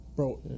Bro